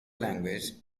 language